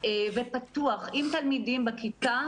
ופתוח עם תלמידים בכיתה,